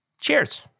cheers